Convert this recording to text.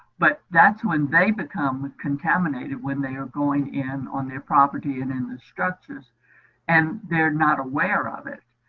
but that's when they become contaminated, when they are going in on their property andu and and structures. and they are not aware of it.